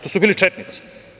To su bili četnici.